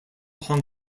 hong